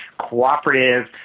cooperative